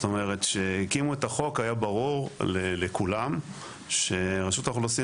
כשהקימו את החוק היה ברור לכולם שרשות האוכלוסין